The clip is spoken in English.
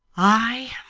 ay,